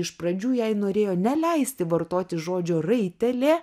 iš pradžių jai norėjo neleisti vartoti žodžio raitelė